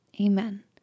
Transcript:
Amen